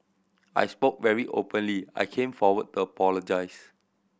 I spoke very openly I came forward to apologise